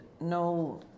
no